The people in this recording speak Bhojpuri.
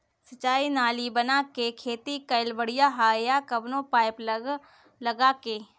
सिंचाई नाली बना के खेती कईल बढ़िया ह या कवनो पाइप लगा के?